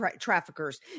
traffickers